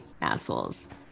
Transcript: assholes